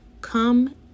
come